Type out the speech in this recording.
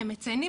הם מציינים,